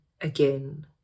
again